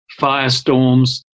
firestorms